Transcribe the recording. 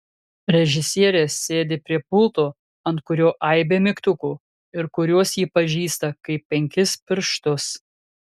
režisierė sėdi prie pulto ant kurio aibė mygtukų ir kuriuos ji pažįsta kaip penkis pirštus